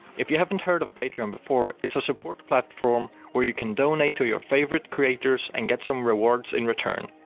if you haven't heard or of patreon before, it's a support platform where you can donate to your favorite creators and get some rewards in return!